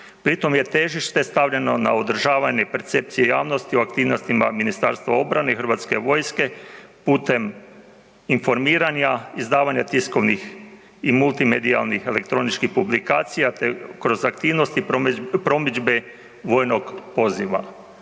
pri tome je težište stavljeno na održavanje percepcije javnosti u aktivnostima Ministarstva obrane i Hrvatske vojske putem informiranja, izdavanja tiskovnih i multimedijalnih elektroničkih publikacija, te kroz aktivnosti promidžbe vojnog poziva.